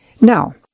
Now